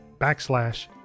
backslash